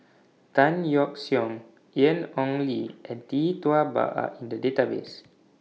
Tan Yeok Seong Ian Ong Li and Tee Tua Ba Are in The Database